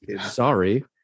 Sorry